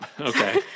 Okay